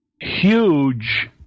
huge